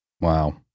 Wow